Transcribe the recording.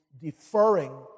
deferring